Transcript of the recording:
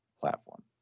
platform